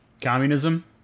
Communism